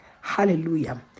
Hallelujah